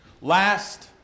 last